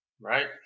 right